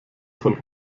von